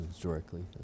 directly